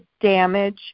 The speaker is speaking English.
damage